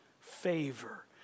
favor